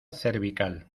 cervical